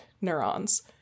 neurons